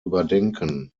überdenken